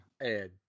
Ed